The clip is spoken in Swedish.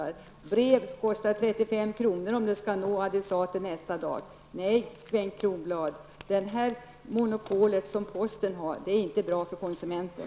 Ett brev kostar 35 kr. om det skall nå adressaten nästa dag. Posten har är inte bra för konsumenten.